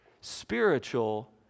spiritual